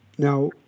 Now